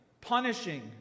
punishing